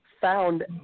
found